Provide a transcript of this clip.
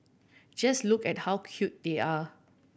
just look at how cute they are